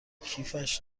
کیفش